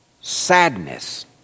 Sadness